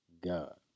God